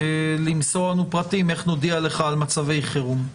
למסור לנו פרטים איך נודיע לך על מצבי חירום.